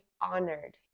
honored